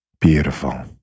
Beautiful